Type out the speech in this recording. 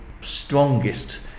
strongest